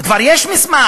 כבר יש מסמך.